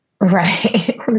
Right